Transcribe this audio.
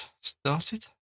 started